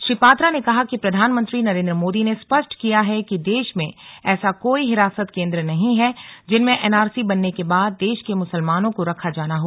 श्री पात्रा ने कहा कि प्रधानमंत्री नरेन्द्र मोदी ने स्पष्ट किया है कि देश में ऐसा कोई हिरासत केन्द्र नहीं है जिनमें एनआरसी बनने के बाद देश के मुसलमानों को रखा जाना हो